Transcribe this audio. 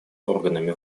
органами